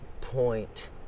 point